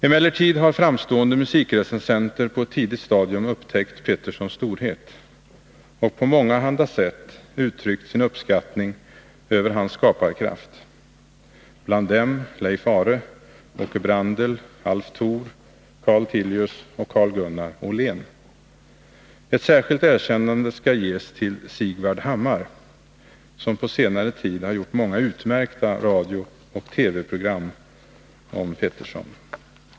Emellertid har framstående musikrecensenter på ett tidigt stadium upptäckt Petterssons storhet, och på mångahanda sätt uttryckt sin uppskattning över hans skaparkraft, bland dem Leif Aare, Åke Brandel, Alf Thoor, Carl Tillius och Carl-Gunnar Åhlén. Ett särskilt erkännande ska ges till Sigvard Hammar, som på senare tid har gjort många utmärkta radiooch TV-program om Pettersson.